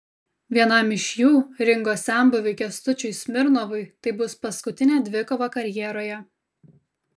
vienam iš jų ringo senbuviui kęstučiui smirnovui tai bus paskutinė dvikova karjeroje